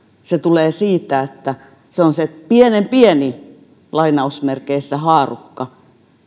se tulee siitä että se on se pienen pieni haarukka